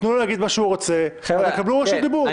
תנו לו להגיד מה שהוא רוצה ותקבלו רשות דיבור.